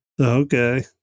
Okay